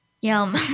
Yum